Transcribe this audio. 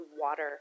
water